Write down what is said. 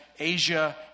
Asia